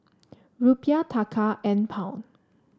Rupiah Taka and Pound